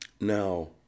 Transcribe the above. Now